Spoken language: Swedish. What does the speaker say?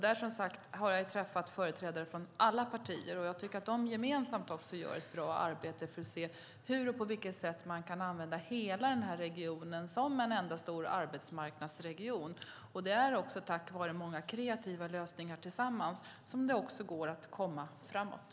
Jag har träffat företrädare från alla partier. De gör gemensamt ett bra arbete för att se hur och på vilket sätt man kan använda hela regionen som en enda stor arbetsmarknadsregion. Det är tack vare många kreativa lösningar som det går att komma framåt.